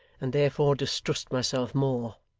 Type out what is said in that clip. and therefore distrust myself more.